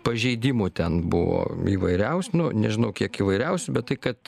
pažeidimų ten buvo įvairiausių nu nežinau kiek įvairiausių bet tai kad